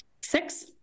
six